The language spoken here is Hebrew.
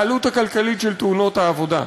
העלות הכלכלית של תאונות העבודה,